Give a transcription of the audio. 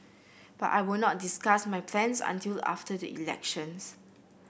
but I will not discuss my plans until after the elections